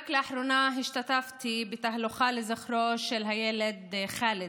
רק לאחרונה השתתפתי בתהלוכה לזכרו של הילד ח'אלד,